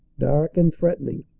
dark and threaten ing,